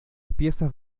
piezas